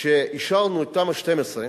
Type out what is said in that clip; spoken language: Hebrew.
כשאישרנו את תמ"א 12,